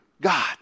God